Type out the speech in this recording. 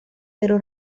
pero